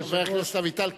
חבר הכנסת אביטל,